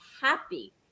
happy